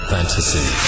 fantasy